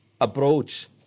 approach